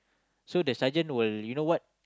so the sergeant will you know what